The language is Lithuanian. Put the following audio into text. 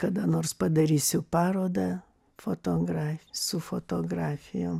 kada nors padarysiu parodą fotograf su fotografijom